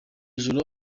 joro